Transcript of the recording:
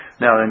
Now